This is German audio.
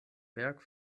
werk